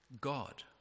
God